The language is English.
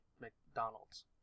McDonald's